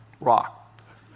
rock